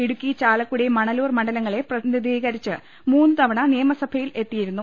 ഇടുക്കി ചാലക്കുടി മണലൂർ മണ്ഡലങ്ങളെ പ്രതിനിധീകരിച്ച് മൂന്നു തവണ നിയമസഭയിൽ എത്തിയിരുന്നു